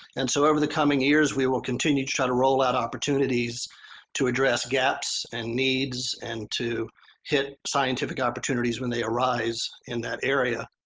and so over the coming years we will continue to try to roll out opportunities to address gaps and needs and to hit scientific opportunities when they arise in that area.